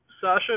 Sasha